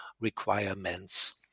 requirements